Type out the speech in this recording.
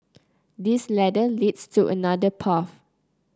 this ladder leads to another path